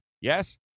Yes